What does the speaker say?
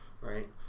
right